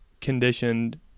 conditioned